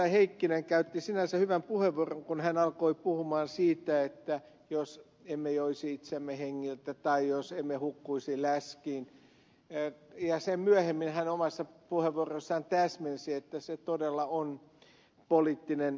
heikkinen käytti sinänsä hyvän puheenvuoron kun hän alkoi puhua siitä että jos emme joisi itseämme hengiltä tai jos emme hukkuisi läskiin ja sen myöhemmin hän omassa puheenvuorossaan täsmensi että se todella on poliittinen kannanotto